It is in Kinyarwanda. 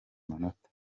amanota